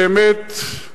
באמת,